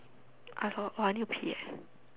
I forgot !wah! I need to pee eh